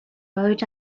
rode